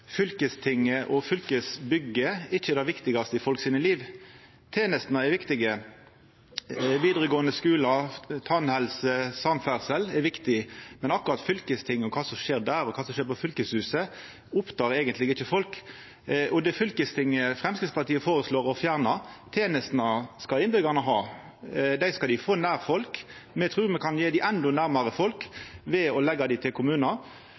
fylkestinget og fylkesbygget ikkje er det viktigaste i folks liv. Tenestene er viktige, vidaregåande skule, tannhelse og samferdsel er viktig, men akkurat kva som skjer på fylkestinget, og kva som skjer på fylkeshuset, opptek eigentleg ikkje folk. Det er fylkestinget Framstegspartiet føreslår å fjerna, tenestene skal innbyggjarane ha. Dei skal dei få nær folk. Me trur me kan gje dei endå nærare folk ved å leggja dei til kommunar.